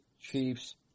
Chiefs